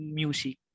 music